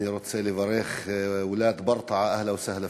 אני רוצה לברך את ולאד ברטעה, אהלא וסהלא פיכום,